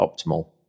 optimal